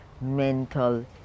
mental